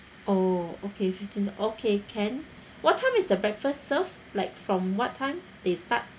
oh okay fifteen okay can what time is the breakfast served like from what time they start